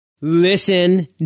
Listen